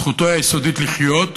זכותו היסודית לחיות,